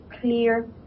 clear